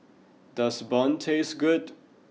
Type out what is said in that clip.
does Bun taste good